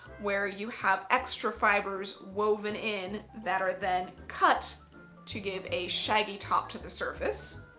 where you have extra fibres woven in that are then cut to give a shaggy top to the surface.